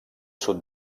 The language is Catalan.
sud